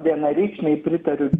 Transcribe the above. vienareikšmiai pritariu